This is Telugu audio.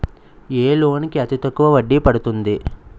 ఏ లోన్ కి అతి తక్కువ వడ్డీ పడుతుంది?